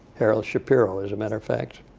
harold shapiro, as a matter of fact,